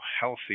healthy